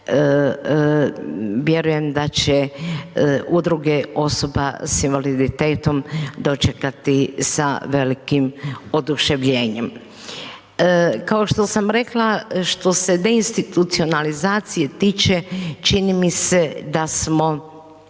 što vjerujem da će Udruge osoba s invaliditetom dočekati sa velikim oduševljenjem. Kao što sam rekla, što se deinstitucionalizacije tiče, čini mi se da smo